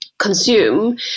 consume